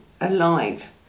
alive